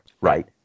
Right